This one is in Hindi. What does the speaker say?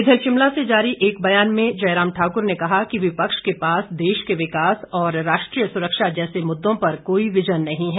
इधर शिमला से जारी एक बयान में जयराम ठाकुर ने कहा कि विपक्ष के पास देश के विकास और राष्ट्रीय सुरक्षा जैसे मुद्दों पर कोई विजन नहीं है